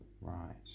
Right